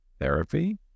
therapy